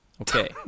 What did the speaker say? Okay